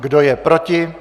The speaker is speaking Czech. Kdo je proti?